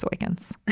Awakens